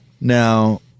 Now